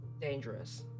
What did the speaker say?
dangerous